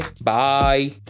bye